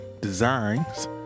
designs